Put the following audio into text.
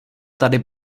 tady